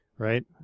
Right